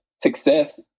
success